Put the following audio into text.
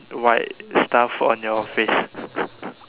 white stuff on your face